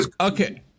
Okay